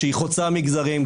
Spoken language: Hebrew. שהיא חוצה מגזרים,